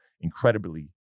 incredibly